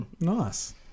Nice